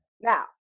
Now